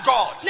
God